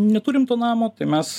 neturim to namo tai mes